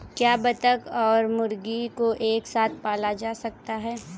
क्या बत्तख और मुर्गी को एक साथ पाला जा सकता है?